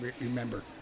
remember